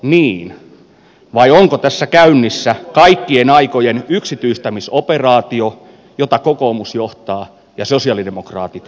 niin vai onko tässä käynnissä kaikkien aikojen yksityistämisoperaatio jota kokoomus johtaa ja sosialidemokraatit tukevat